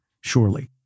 Surely